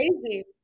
crazy